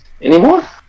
anymore